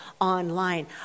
online